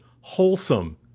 wholesome